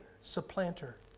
Supplanter